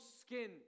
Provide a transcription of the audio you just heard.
skin